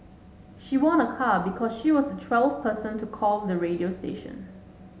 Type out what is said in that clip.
she won a car because she was the twelfth person to call the radio station